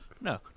No